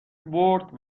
برد